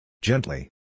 Gently